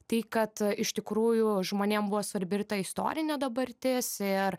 tai kad iš tikrųjų žmonėm buvo svarbi ir istorinė dabartis ir